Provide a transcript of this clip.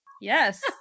Yes